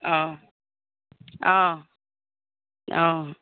অঁ অঁ অঁ